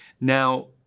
Now